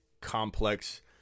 complex